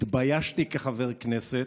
התביישתי כחבר כנסת.